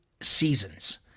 seasons